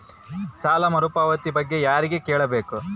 ಸಾಲ ಮರುಪಾವತಿ ಬಗ್ಗೆ ಯಾರಿಗೆ ಕೇಳಬೇಕು?